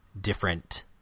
different